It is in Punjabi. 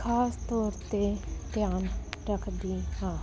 ਖ਼ਾਸ ਤੌਰ 'ਤੇ ਧਿਆਨ ਰੱਖਦੀ ਹਾਂ